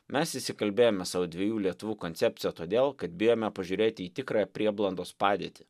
mes įsikalbėjome sau dviejų lietuvų koncepciją todėl kad bijome pažiūrėt į tikrąją prieblandos padėtį